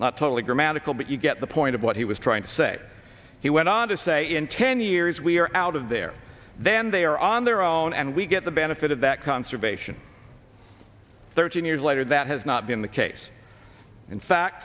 not totally grammatical but you get the point of what he was trying to say he went on to say in ten years we are out of there then they are on their own and we get the benefit of that conservation thirteen years later that has not been the case in fact